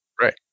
Right